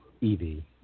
Evie